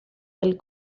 del